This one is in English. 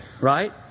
right